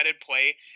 play